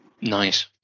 Nice